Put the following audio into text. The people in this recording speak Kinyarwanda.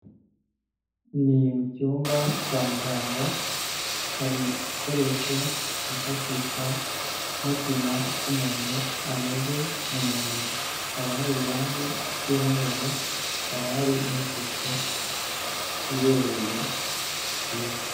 Ni mu cyumba kwa muganga hari igikoresho cyifashishwa bapima uko umuntu ameze mu mubiri, hakaba hari irange ry'umweru, hakaba hari n'isuku ibereye nziza.